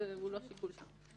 והמסוכנות היא לא שיקול שם.